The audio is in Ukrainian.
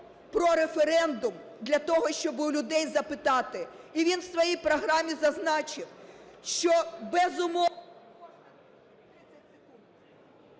про референдум, для того щоб у людей запитати. І він в своїй програмі зазначив, що… ГОЛОВУЮЧИЙ.